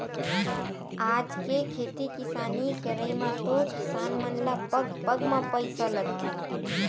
आज के खेती किसानी करई म तो किसान मन ल पग पग म पइसा लगथे